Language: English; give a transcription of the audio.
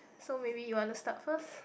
so maybe you wanna start first